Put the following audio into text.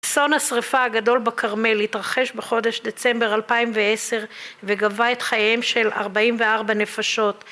אסון השריפה הגדול בכרמל התרחש בחודש דצמבר 2010 וגבה את חייהם של 44 נפשות